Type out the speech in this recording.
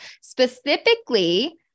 specifically